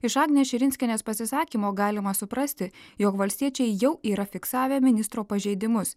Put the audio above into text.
iš agnės širinskienės pasisakymo galima suprasti jog valstiečiai jau yra fiksavę ministro pažeidimus